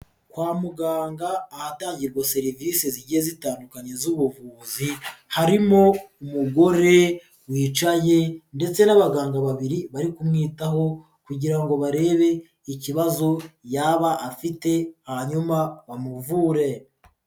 Kwa muganga ahatangirwa serivisi zigiye zitandukanye z'ubuvuzi, harimo umugore wicayeye ndetse n'abaganga babiri bari kumwitaho, kugira ngo barebe ikibazo yaba afite hanyuma bamuvure.